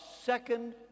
second